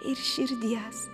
ir širdies